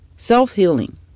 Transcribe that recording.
Self-healing